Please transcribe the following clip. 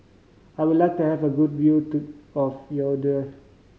I would like to have a good view to of Yaounde